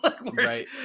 Right